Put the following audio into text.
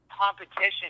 competition